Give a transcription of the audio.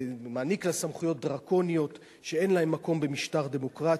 מעניק לה סמכויות דרקוניות שאין להן מקום במשטר דמוקרטי.